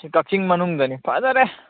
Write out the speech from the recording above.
ꯁꯤ ꯀꯛꯆꯤꯡ ꯃꯅꯨꯡꯗꯅꯤ ꯐꯖꯔꯦ